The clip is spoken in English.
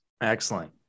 Excellent